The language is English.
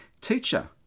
Teacher